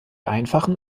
einfachen